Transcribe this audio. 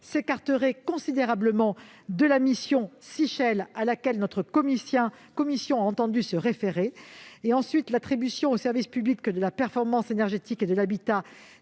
écart considérable par rapport à la mission Sichel, à laquelle notre commission a entendu se référer. Ensuite, l'attribution au service public de la performance énergétique de l'habitat